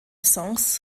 songs